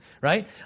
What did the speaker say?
right